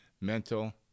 mental